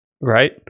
right